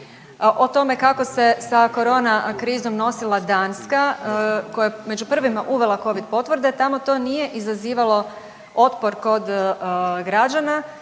o tome kako se korona krizom nosila Danska koja je među prvima uvela covid potvrde, tamo to nije izazivalo otpor kod građana